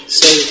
say